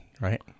Right